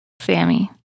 Sammy